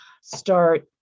start